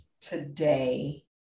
today